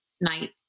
night